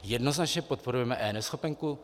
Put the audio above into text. Jednoznačně podporujeme eNeschopenku.